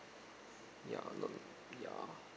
ya no no ya